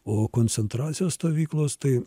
o koncentracijos stovyklos tai